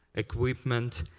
equipment,